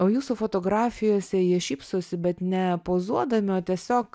o jūsų fotografijose jie šypsosi bet ne pozuodami o tiesiog